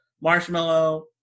marshmallow